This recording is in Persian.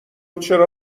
چرا